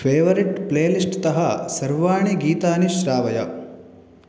favourite प्लेलिस्ट्तः सर्वाणि गीतानि श्रावय